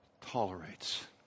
tolerates